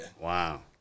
Wow